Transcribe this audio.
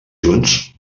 junts